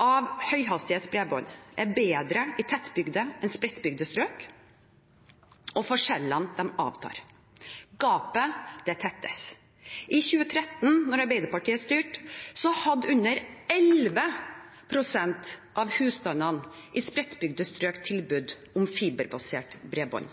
av høyhastighetsbredbånd er bedre i tettbygde enn i spredtbygde strøk, og forskjellene avtar; gapet tettes. I 2013, da Arbeiderpartiet styrte, hadde under 11 pst. av husstandene i spredtbygde strøk tilbud om fiberbasert bredbånd.